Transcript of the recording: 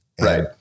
Right